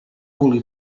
vulgui